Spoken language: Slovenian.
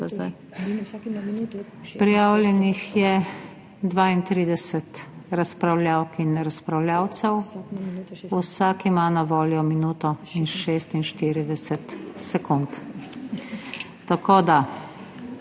Prijavljenih je 32 razpravljavk in razpravljavcev. Vsak ima na voljo minuto in 46 sekund. 76.